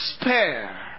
spare